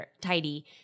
tidy